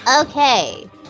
Okay